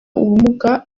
ubumuga